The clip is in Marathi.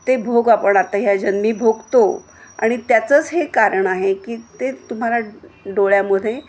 ते भोग आपण आता ह्या जन्मी भोगतो आणि त्याचंच हे कारण आहे की ते तुम्हाला डोळ्यामध्ये